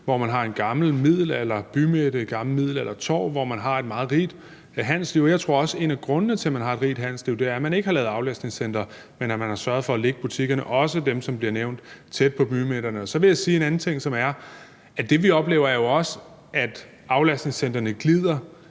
hvor man har en gammel middelalderbymidte, et gammelt middelaldertorv, og der har man et meget rigt handelsliv. Jeg tror også, at en af grundene til, at man har et rigt handelsliv, er, at man ikke har lavet aflastningscentre, men man har sørget for at lægge butikkerne – også dem, som bliver nævnt – tæt på bymidterne. Så vil jeg sige en anden ting, som er, at det, vi oplever, jo også er, at aflastningscentre glider